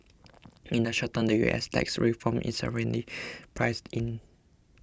in the short term the U S tax reform is already priced in